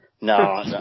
No